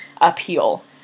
appeal